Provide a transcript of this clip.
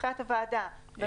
מבחינת הוועדה.